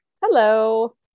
Hello